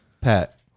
Pat